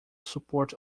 support